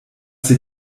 sie